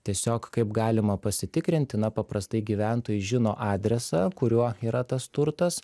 tiesiog kaip galima pasitikrinti na paprastai gyventojai žino adresą kuriuo yra tas turtas